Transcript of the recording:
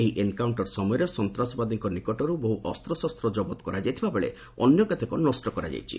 ଏହି ଏନ୍କାଉଣ୍ଟର୍ ସମୟରେ ସନ୍ତାସବାଦୀଙ୍କ ନିକଟରୁ ବହୁ ଅସ୍ତ୍ରଶସ୍ତ କବତ କରାଯାଇଥିବାବେଳେ ଅନ୍ୟ କେତେକ ନଷ୍ଟ କରାଯାଇଛି